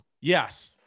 yes